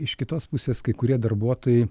iš kitos pusės kai kurie darbuotojai